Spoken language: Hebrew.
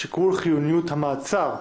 (שיקול חיוניות המעצר),